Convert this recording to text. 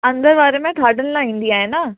अंदरु वारे में थाधल न ईंदी आहे न